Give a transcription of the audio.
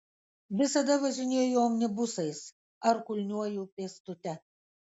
visada važinėju omnibusais ar kulniuoju pėstute